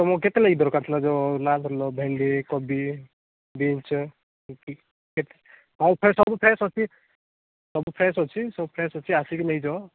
ତମକୁ କେତେ ଲାଗି ଦରକାର ଥିଲା ଯୋଉ ଭେଣ୍ଡି କୋବି ବିମ୍ସ ଏତିକି କେତେ ଆଉ ଫ୍ରେସ୍ ସବୁ ଫ୍ରେସ୍ ଅଛି ସବୁ ଫ୍ରେସ୍ ଅଛି ସବୁ ଫ୍ରେସ୍ ଅଛି ଆସିକି ନେଇଯାଅ